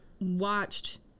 watched